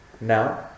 Now